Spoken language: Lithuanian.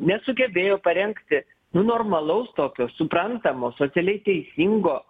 nesugebėjo parengti nu normalaus tokio suprantamo socialiai teisingo